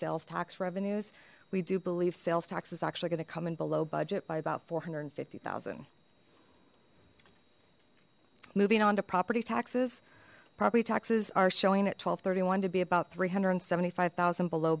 sales tax revenues we do believe sales tax is actually gonna come in below budget by about four hundred and fifty zero moving on to property taxes property taxes are showing at twelve thirty one to be about three hundred and seventy five thousand below